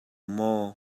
maw